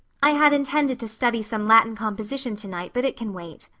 i had intended to study some latin composition tonight but it can wait.